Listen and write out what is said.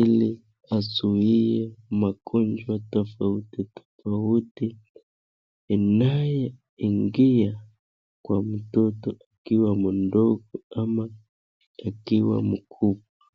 ili azuie magonjwa tofauti tofauti inayeingia kwa mtoto akiwa mdogo ama akiwa mkubwa.